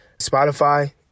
Spotify